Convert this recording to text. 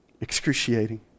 Excruciating